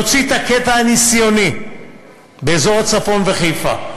להוציא הקטע הניסיוני באזור הצפון ובחיפה,